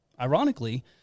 ironically